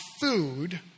food